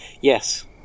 Yes